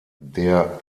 der